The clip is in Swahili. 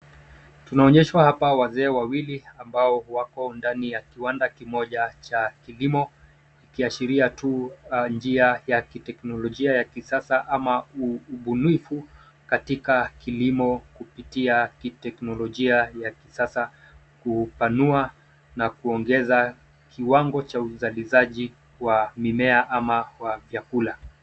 Tunaonyeshwa hapa wazee wawili ambao wako ndani ya kiwanda kimoja cha kilimo, ikiashiria tu njia ya kiteknologia ya kisasa ama ubunifu katika kilimo kupitia kiteknolojia, ya kisasa kupanua na kuongeza kiwango cha uzalishaji wa mimea ama wa vyakula.